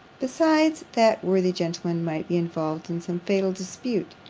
besides, that worthy gentleman might be involved in some fatal dispute,